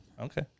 Okay